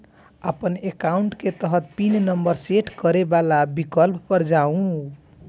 अपन एकाउंट के तहत पिन नंबर सेट करै बला विकल्प पर जाउ